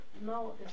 no